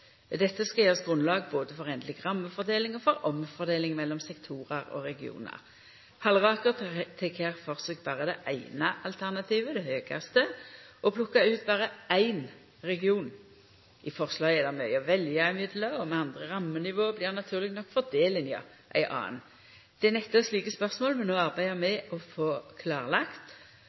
Dette skal gje oss grunnlag både for endeleg rammefordeling og for omfordeling mellom sektorar og regionar. Halleraker tek her for seg berre det eine alternativet, det høgste, og plukkar ut berre éin region. I forslaget er det mykje å velja mellom, og med andre rammenivå blir naturleg nok fordelinga ei anna. Det er nettopp slike spørsmål vi no arbeider med å få klarlagt.